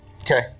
Okay